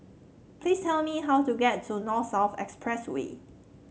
please tell me how to get to North South Expressway